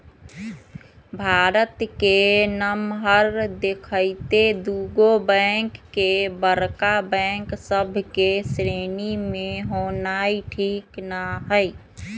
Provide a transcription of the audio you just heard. भारत के नमहर देखइते दुगो बैंक के बड़का बैंक सभ के श्रेणी में होनाइ ठीक न हइ